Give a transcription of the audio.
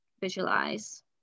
visualize